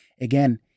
again